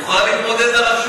מי הלך?